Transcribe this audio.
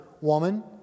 Woman